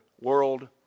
World